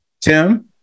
Tim